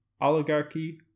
oligarchy